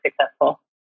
successful